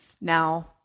now